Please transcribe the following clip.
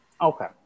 Okay